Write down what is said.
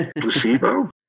placebo